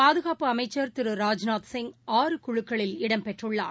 பாதுகாப்பு அமைச்சர் திரு ராஜ்நாத்சிய் ஆறு குழுக்களில் இடம்பெற்றுள்ளார்